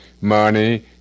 money